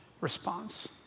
response